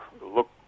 look